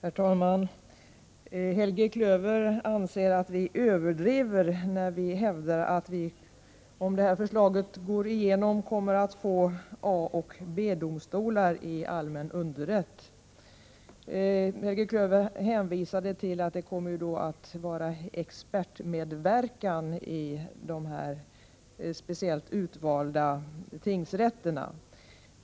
Herr talman! Helge Klöver anser att vi överdriver när vi hävdar att vi — om det här förslaget går igenom — kommer att få A och B-domstolar i allmän underrätt. Helge Klöver hänvisade till att det kommer att vara expertmedverkan i de speciellt utvalda tingsrätterna.